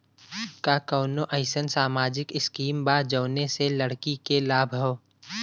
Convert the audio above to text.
का कौनौ अईसन सामाजिक स्किम बा जौने से लड़की के लाभ हो?